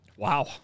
Wow